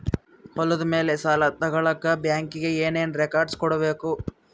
ಹೊಲದ ಮೇಲೆ ಸಾಲ ತಗಳಕ ಬ್ಯಾಂಕಿಗೆ ಏನು ಏನು ರೆಕಾರ್ಡ್ಸ್ ಕೊಡಬೇಕು?